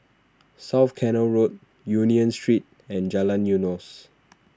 South Canal Road Union Street and Jalan Eunos